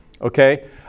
okay